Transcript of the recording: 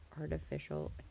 artificial